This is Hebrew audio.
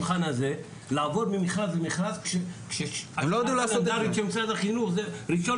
לעבור ממכרז למכרז כשהשנה הקלנדרית של משרד החינוך זה ראשון